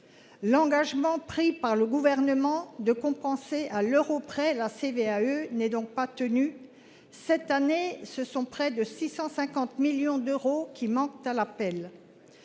L'engagement pris par le gouvernement de compenser à l'euro près la CVAE n'est donc pas tenu cette année ce sont près de 650 millions d'euros qui manquent à l'appel.